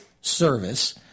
Service